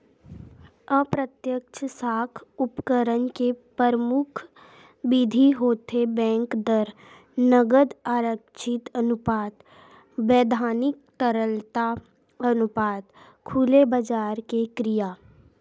अप्रत्यक्छ साख उपकरन के परमुख बिधि होथे बेंक दर, नगद आरक्छित अनुपात, बैधानिक तरलता अनुपात, खुलेबजार के क्रिया